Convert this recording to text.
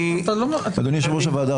אדוני יושב-ראש הוועדה,